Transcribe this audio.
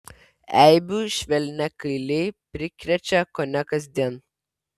eibių švelniakailiai prikrečia kone kasdien